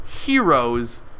heroes